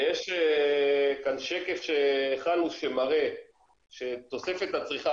ויש כאן שקף שהכנו שמראה שתוספת הצריכה,